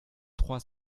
trois